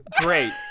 Great